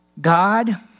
God